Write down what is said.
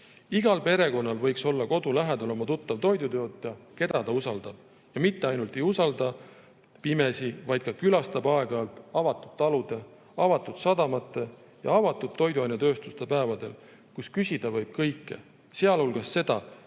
Igal perekonnal võiks olla kodu lähedal oma tuttav toidutootja, keda ta usaldab. Ja mitte ainult ei usalda pimesi, vaid aeg-ajalt ka külastab, avatud talude, avatud sadamate ja avatud toiduainetööstuste päevadel, kus küsida võib kõike, sealhulgas seda,